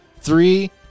three